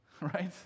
right